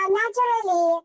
naturally